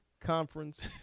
Conference